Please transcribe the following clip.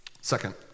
Second